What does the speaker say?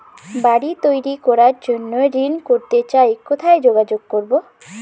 বাড়ি তৈরির জন্য ঋণ করতে চাই কোথায় যোগাযোগ করবো?